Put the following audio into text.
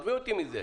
עזבי אותי מזה.